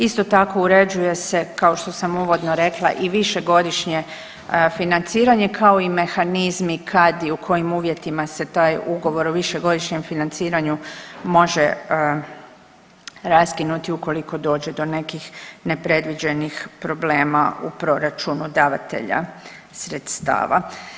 Isto tako uređuje se kao što sam uvodno rekla i višegodišnje financiranje kao i mehanizmi kad i u kojim uvjetima se taj ugovor o višegodišnjem financiranju može raskinuti ukoliko dođe do nekih nepredviđenih problema u proračunu davatelja sredstava.